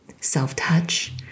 self-touch